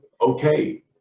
okay